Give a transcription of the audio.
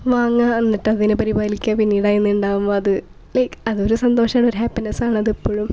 വാങ്ങുക എന്നിട്ട് അതിനെ പരിപാലിക്കുക പിന്നീട് അതിൽ നിന്ന് ഉണ്ടാകുമ്പോൾ അത് ലൈക് അതൊരു സന്തോഷമാണ് ഒരു ഹാപ്പിനെസ്സാണ് അത് എപ്പോഴും